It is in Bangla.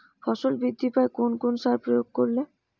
ফসল বৃদ্ধি পায় কোন কোন সার প্রয়োগ করলে?